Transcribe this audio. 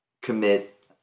commit